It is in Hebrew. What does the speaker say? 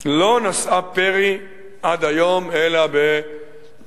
לא נשא פרי עד היום אלא בעשרות,